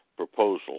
proposal